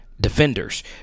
Defenders